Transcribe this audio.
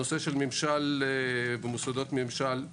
הנושא של ממשל ומוסדות ממשל,